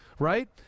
Right